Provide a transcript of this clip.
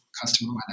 customer